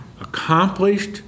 accomplished